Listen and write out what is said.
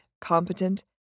competent